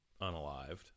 unalived